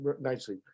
nicely